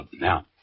now